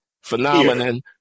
Phenomenon